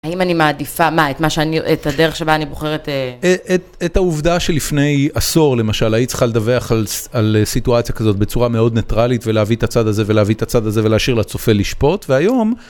האם אני מעדיפה מה, את מה שאני, את הדרך שבה אני בוחרת? את העובדה שלפני עשור למשל, היית צריכה לדווח על סיטואציה כזאת בצורה מאוד ניטרלית, ולהביא את הצד הזה ולהביא את הצד הזה ולהשאיר לצופה לשפוט, והיום...